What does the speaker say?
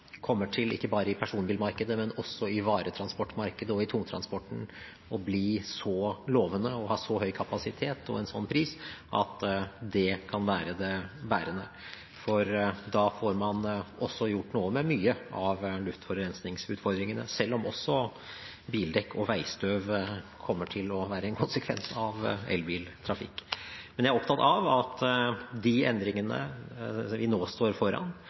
ikke bare i personbilmarkedet, men også i varetransportmarkedet og i tungtransporten – kommer til å bli så lovende og ha så høy kapasitet og en slik pris at det kan være det bærende. Da får man også gjort noe med mye av luftforurensningsutfordringene, selv om også bildekk og veistøv kommer til å være en konsekvens av elbiltrafikk. Jeg er opptatt av at de endringene vi nå står foran,